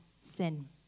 sin